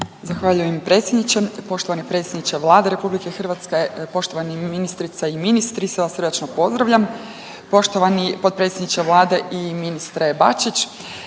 Zahvaljujem predsjedniče. Poštovani predsjedniče Vlade RH, poštovani ministrice i ministri, sve vas srdačno pozdravljam. Poštovani potpredsjedniče Vlade i ministre Bačić,